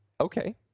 Okay